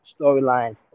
storyline